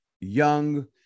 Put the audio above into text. young